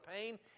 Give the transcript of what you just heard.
pain